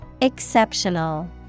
Exceptional